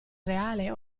reale